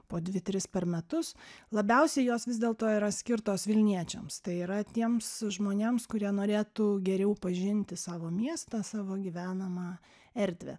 po dvi tris per metus labiausiai jos vis dėlto yra skirtos vilniečiams tai yra tiems žmonėms kurie norėtų geriau pažinti savo miestą savo gyvenamą erdvę